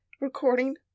Recording